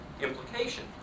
implication